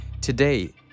Today